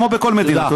כמו בכל מדינה.